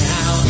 Now